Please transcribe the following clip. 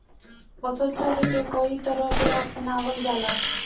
फसल चक्र के कयी तरह के अपनावल जाला?